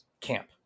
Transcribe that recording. Camp